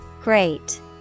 Great